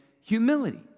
humility